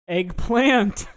Eggplant